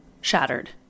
shattered